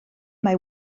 mae